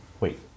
wait